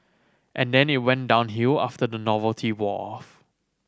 and then it went downhill after the novelty wore off